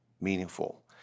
meaningful